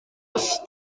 bost